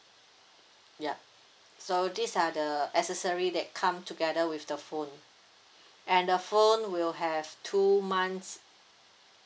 ya so these are the accessory that come together with the phone and the phone will have two months